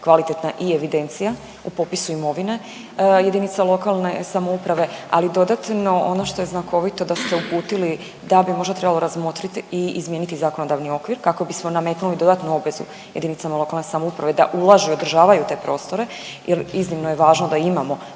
kvalitetna i evidencija u popisu imovine jedinica lokalne samouprave, ali dodatno ono što je znakovito da ste uputili da bi možda trebalo razmotriti i izmijeniti zakonodavni okvir kako bismo nametnuli dodatnu obvezu jedinicama lokalne samouprave da ulažu i održavaju te prostore, jer iznimno je važno da imamo